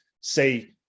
say